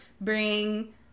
bring